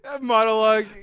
monologue